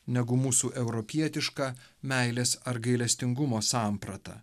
negu mūsų europietiška meilės ar gailestingumo samprata